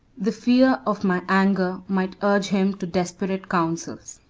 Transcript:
the fear of my anger might urge him to desperate counsels.